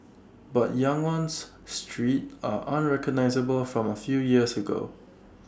but Yangon's streets are unrecognisable from A few years ago